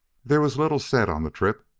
there was little said on the trip.